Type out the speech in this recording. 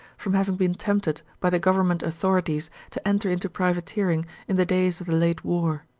from having been tempted by the government authorities to enter into privateering in the days of the late war.